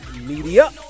Media